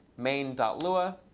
main dot lua.